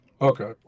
Okay